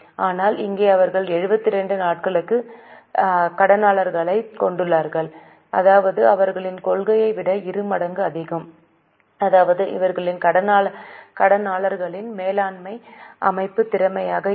ஆனால் இங்கே அவர்கள் 72 நாட்களுக்கு கடனாளர்களைக் கொண்டுள்ளனர் அதாவது அவர்களின் கொள்கையை விட இரு மடங்கு அதிகம் அதாவது அவர்களின் கடனாளர்களின் மேலாண்மை அமைப்பு திறமையாக இல்லை